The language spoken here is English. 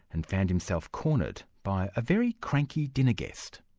and found himself cornered by a very cranky dinner guest.